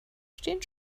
stehen